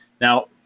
Now